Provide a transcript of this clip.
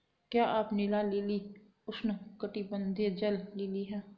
क्या नीला लिली उष्णकटिबंधीय जल लिली है?